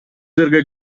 жерге